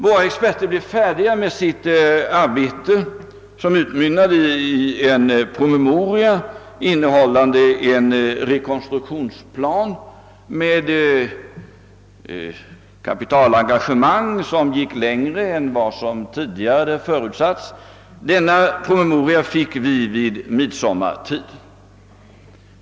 Våra experter blev så småningom färdiga med sitt arbete, som utmynnade i en promemoria, innehållande en rekonstruktionsplan med kapitalengagemang som gick längre än vad som tidigare hade föreslagits. Denna promemoria blev klar vid midsommartiden.